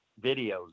videos